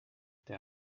der